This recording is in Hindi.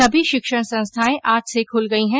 सभी शिक्षण संस्थाएं आज से खुल गई है